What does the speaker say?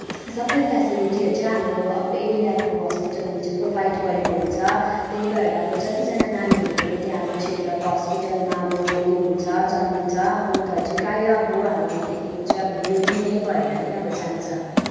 सबै फेसिलिटीहरू चाहिँ हाम्रो अब एरियाको हस्पिटलले चाहिँ प्रोभाइड गरेको हुन्छ त्यही भएर अब जतिजना नानीहरू पनि त्यहाँ हाम्रो क्षेत्रको हस्पिटलमा अब उयो हुन्छ जन्मिन्छ अब उनीहरू चाहिँ प्रायः अब हामीले देखेको चाहिँ अब हेल्दी नै भएर नै अब जान्छ